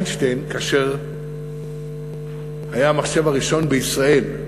כאשר היה המחשב הראשון בישראל,